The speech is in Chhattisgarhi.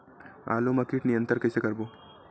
आलू मा कीट नियंत्रण कइसे करबो?